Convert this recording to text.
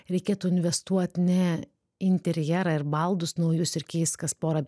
reikėtų investuot ne interjerą ir baldus naujus ir keist kas porą